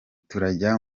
turajya